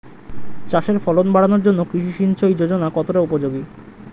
চাষের ফলন বাড়ানোর জন্য কৃষি সিঞ্চয়ী যোজনা কতটা উপযোগী?